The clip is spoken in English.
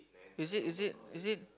is it is it is it